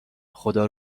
خدا